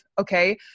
Okay